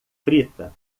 frita